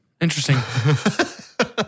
Interesting